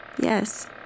Yes